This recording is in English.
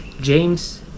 James